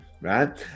right